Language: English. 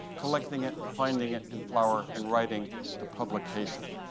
collecting it, and finding it in flower, and writing the publication.